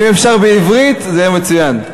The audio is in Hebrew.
אם אפשר בעברית, זה יהיה מצוין.